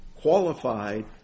qualified